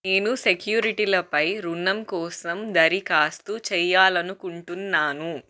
నేను సెక్యూరిటీలపై రుణం కోసం దరఖాస్తు చెయ్యాలనుకుంటున్నాను